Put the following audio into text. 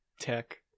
tech